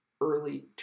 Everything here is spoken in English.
early